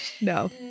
No